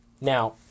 Now